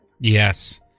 Yes